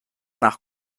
nach